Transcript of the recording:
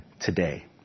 Today